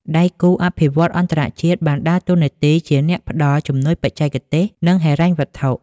ដៃគូអភិវឌ្ឍន៍អន្តរជាតិបានដើរតួនាទីជាអ្នកផ្តល់ ជំនួយបច្ចេកទេស និងហិរញ្ញវត្ថុ។